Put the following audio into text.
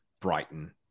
Brighton